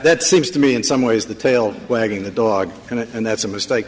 that seems to me in some ways the tail wagging the dog and that's a mistake